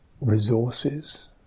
resources